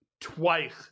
twice